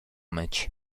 myć